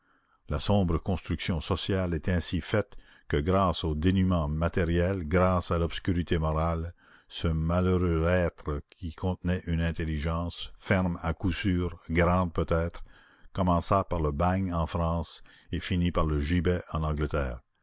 la sombre construction sociale est ainsi faite que grâce au dénûment matériel grâce à l'obscurité morale ce malheureux être qui contenait une intelligence ferme à coup sûr grande peut-être commença par le bagne en france et finit par le gibet en angleterre